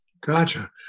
Gotcha